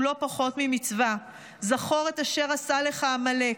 לא פחות ממצווה: "זכור את אשר עשה לך עמלק".